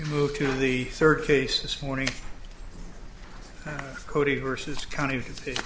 you moved to the third case this morning cody versus kind of